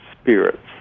spirits